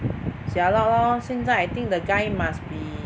jialat lor 现在 I think the guy must be